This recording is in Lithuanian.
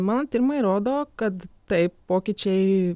mano tyrimai rodo kad taip pokyčiai